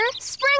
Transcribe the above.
spring